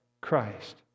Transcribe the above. Christ